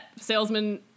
salesman